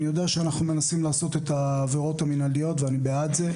אני יודע שאנחנו מנסים לעשות את העבירות המנהליות ואני בעד זה,